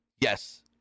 Yes